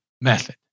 method